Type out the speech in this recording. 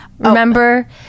Remember